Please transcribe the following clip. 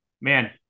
man